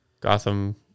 Gotham